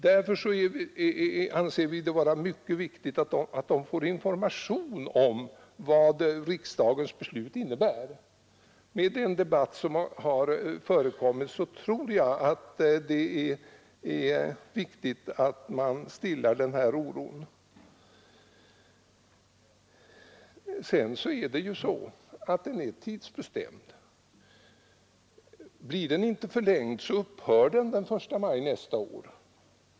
Därför anser vi det vara mycket viktigt att de får information om vad riksdagens beslut innebär. Med den debatt som har förekommit tror jag att det är viktigt att man stillar oron. Vidare är ju lagen tidsbestämd. Blir den inte förlängd upphör den av sig själv den 1 maj nästa år.